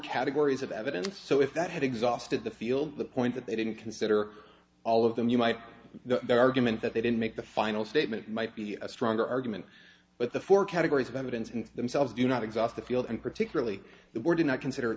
categories of evidence so if that had exhausted the field the point that they didn't consider all of them you might know their argument that they didn't make the final statement might be a stronger argument but the four categories of evidence in themselves do not exhaust the field and particularly the board did not consider